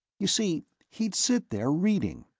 you see, he'd sit there reading,